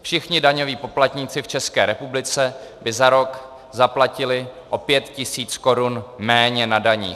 Všichni daňoví poplatníci v České republice by za rok zaplatili o 5 tisíc korun méně na daních.